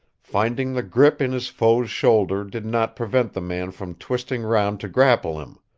finding the grip in his foe's shoulder did not prevent the man from twisting round to grapple him,